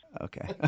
Okay